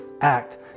act